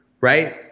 right